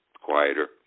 quieter